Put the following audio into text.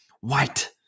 white